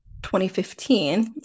2015